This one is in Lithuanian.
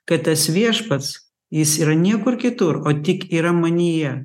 kad tas viešpats jis yra niekur kitur o tik yra manyje